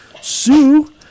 Sue